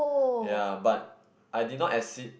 ya but I did not exceed